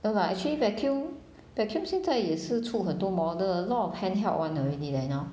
no lah actually vacuum vacuum 现在也是出很多 model a lot of handheld one already leh now